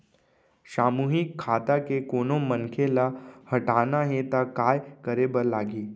सामूहिक खाता के कोनो मनखे ला हटाना हे ता काय करे बर लागही?